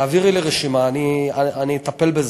תעבירי לי רשימה, אני אטפל בזה.